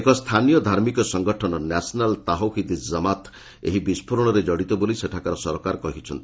ଏକ ସ୍ଥାନୀୟ ଧାର୍ମିକ ସଂଗଠନ ନ୍ୟାସନାଲ୍ ତାଓହିଦ୍ କମାତ୍ ଏହି ବିସ୍ଫୋରଣରେ ଜଡ଼ିତ ବୋଲି ସେଠାକାର ସରକାର କହିଛନ୍ତି